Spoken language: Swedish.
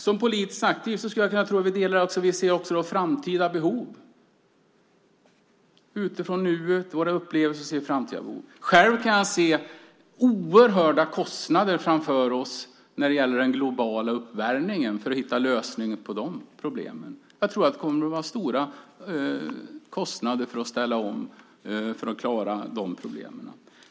Som politiskt aktiva skulle jag kunna tro att vi också ser de framtida behoven utifrån nuet. Utifrån våra upplevelser ser vi framtida behov. Själv kan jag se oerhörda kostnader framför oss när det gäller att hitta lösningen på problemen med den globala uppvärmningen. Jag tror att det kommer att vara stora kostnader för att ställa om, för att klara de problemen.